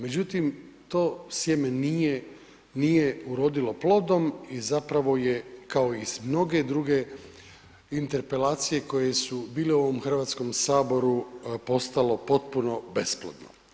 Međutim, to sjeme nije urodilo plodom i zapravo su i mnoge druge interpelacije koje su bile u ovom Hrvatskom saboru postale potpuno besplodne.